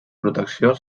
protecció